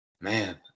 Man